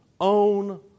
own